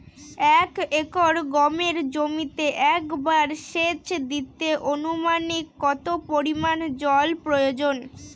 এক একর গমের জমিতে একবার শেচ দিতে অনুমানিক কত পরিমান জল প্রয়োজন?